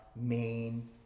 main